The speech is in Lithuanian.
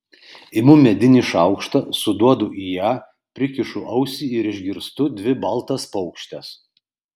imu medinį šaukštą suduodu į ją prikišu ausį ir išgirstu dvi baltas paukštes